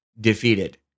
defeated